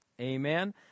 Amen